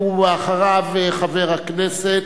אחריו, חבר הכנסת